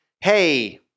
Hey